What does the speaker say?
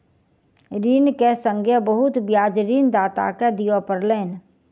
ऋण के संगै बहुत ब्याज ऋणदाता के दिअ पड़लैन